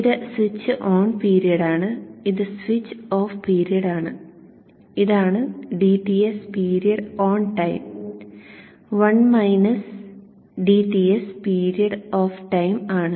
ഇത് switch on പീരിയഡാണ് ഇത് സ്വിച്ച് ഓഫ് പീരിയഡാണ് ഇതാണ് dTs period on time 1 minus dTs period off time ആണ്